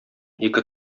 ике